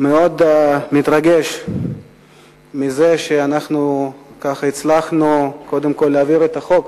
אני מאוד מתרגש מזה שהצלחנו קודם כול להעביר את החוק,